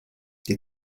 die